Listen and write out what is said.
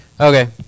Okay